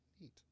Neat